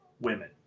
women